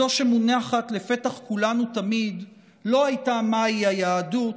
זו שמונחת לפתח כולנו תמיד, לא הייתה מהי היהדות